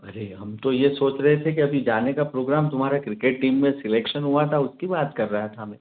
अरे हम तो ये सोच रहे थे कि अभी जाने का प्रोग्राम तुम्हारा क्रिकेट टीम में सिलेक्शन हुआ था उसकी बात कर रहा था मैं